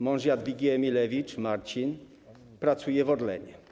Mąż Jadwigi Emilewicz, Marcin, pracuje w Orlenie.